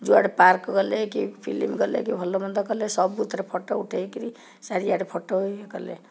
ଯୁଆଡ଼େ ପାର୍କ୍ ଗଲେ କି ଫିଲ୍ମ ଗଲେ କି ଭଲ ମନ୍ଦ କଲେ ସବୁଥିରେ ଫଟୋ ଉଠାଇକିରି ଚାରିଆଡ଼େ ଫଟୋ ଇଏ କଲେ